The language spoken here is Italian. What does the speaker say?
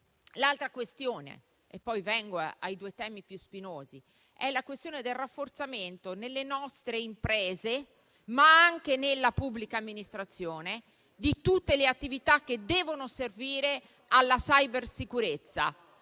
L'altra questione - e poi vengo ai due temi più spinosi - è quella del rafforzamento nelle nostre imprese, ma anche nella pubblica amministrazione, di tutte le attività che devono servire alla cybersicurezza.